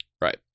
right